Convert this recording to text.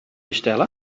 bestellen